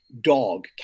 dog